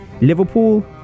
Liverpool